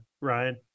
Ryan